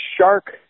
shark